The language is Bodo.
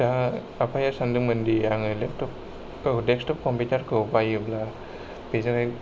दा आफाया सानदोंमोनदि आङो लेपटप औ देक्सटप कमप्युटारखौ बायोब्ला बेजोंहाय